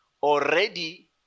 already